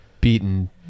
Beaten